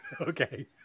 Okay